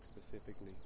specifically